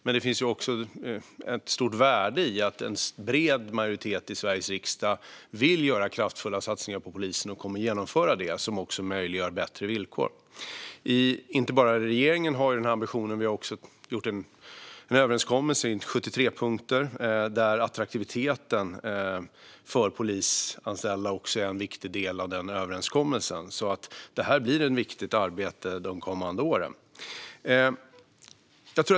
Men det finns också ett stort värde i att en bred majoritet i Sveriges riksdag vill göra kraftfulla satsningar på polisen och kommer att genomföra det som också möjliggör bättre villkor. Inte bara regeringen har den ambitionen. Vi har också gjort en överenskommelse i 73 punkter där attraktiviteten för polisanställda är en viktig del av överenskommelsen. Det blir ett viktigt arbete de kommande åren.